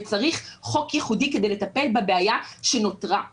וצריך חוק ייחודי כדי לטפל בבעיה שנוצרה.